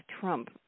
Trump